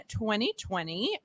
2020